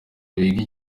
wiga